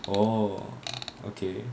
oh okay